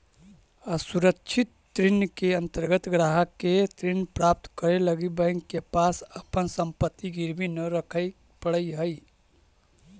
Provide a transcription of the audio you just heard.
असुरक्षित ऋण के अंतर्गत ग्राहक के ऋण प्राप्त करे लगी बैंक के पास अपन संपत्ति गिरवी न रखे पड़ऽ हइ